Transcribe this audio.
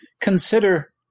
consider